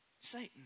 Satan